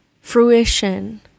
fruition